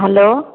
hello